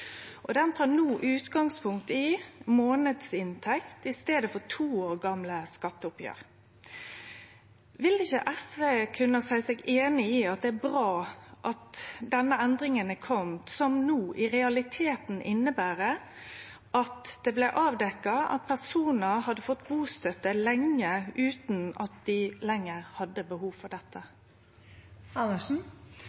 no utgangspunkt i månadsinntekt i staden for to år gamle skatteoppgjer. Vil ikkje SV kunne seie seg einig i at det er bra at denne endringa har kome, som i realiteten inneber at det blei avdekt at personar hadde fått bustøtte lenge utan at dei lenger hadde behov for